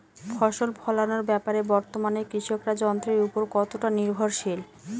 ফসল ফলানোর ব্যাপারে বর্তমানে কৃষকরা যন্ত্রের উপর কতটা নির্ভরশীল?